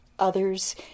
others